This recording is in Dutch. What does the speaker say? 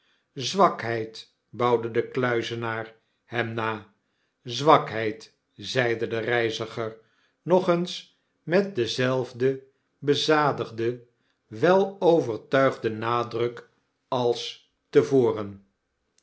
zwakheid bauwde de kluizenaar hem na zwakheid zeide de reiziger nog eens met denzelfden bezadigden wel overtuigden nadruk als te voren